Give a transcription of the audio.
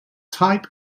type